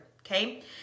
okay